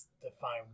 define